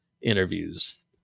interviews